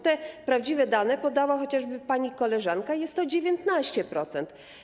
Te prawdziwe dane podała chociażby pani koleżanka: średnio to jest 19%.